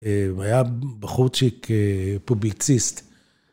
הוא היה בחורצ'יק פובליציסט